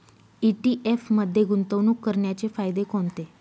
ETF मध्ये गुंतवणूक करण्याचे फायदे कोणते?